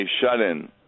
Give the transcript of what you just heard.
shut-in